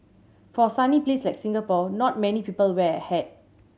for a sunny place like Singapore not many people wear a hat